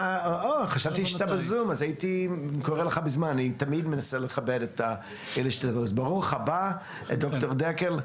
ברוך הבא דוקטור דקל,